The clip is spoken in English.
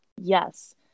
Yes